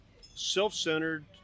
self-centered